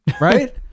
right